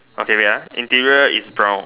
okay wait ah interior is brown